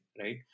right